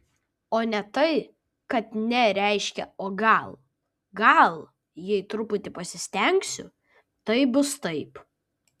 o ne tai kad ne reiškia o gal gal jei truputį pasistengsiu tai bus taip